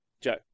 Joe